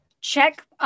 check